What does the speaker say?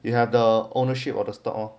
you have the ownership of the stock lor